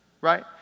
Right